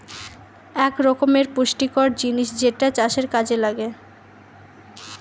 এক রকমের পুষ্টিকর জিনিস যেটা চাষের কাযে লাগে